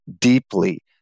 deeply